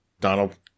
Donald